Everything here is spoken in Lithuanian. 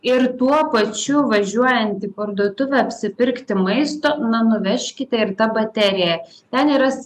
ir tuo pačiu važiuojant į parduotuvę apsipirkti maisto na nuvežkite ir tą bateriją ten yra